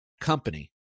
company